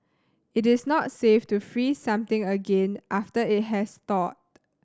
it is not safe to freeze something again after it has thawed